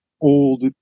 old